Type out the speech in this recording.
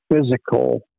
physical